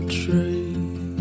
tree